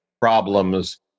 problems